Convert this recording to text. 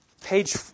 page